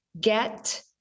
get